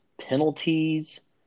penalties